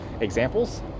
examples